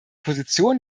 position